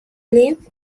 lymph